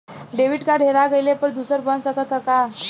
Debit card हेरा जइले पर दूसर बन सकत ह का?